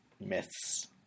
myths